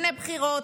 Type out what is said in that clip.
לפני בחירות,